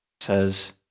says